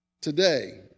Today